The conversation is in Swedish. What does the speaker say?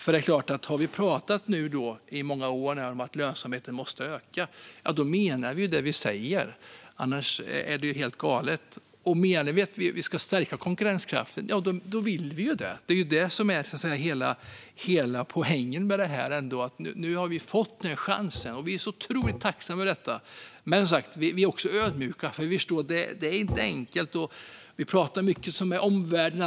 Vi har nu pratat i många år om att lönsamheten måste öka, och vi menar det vi säger - annars är det ju helt galet. Menar vi att vi ska stärka konkurrenskraften vill vi ju det; det är ju det som är hela poängen med detta. Nu har vi fått den här chansen, och vi är otroligt tacksamma över det. Men vi är också ödmjuka, för vi förstår att det inte är enkelt. Det pratas mycket om omvärlden.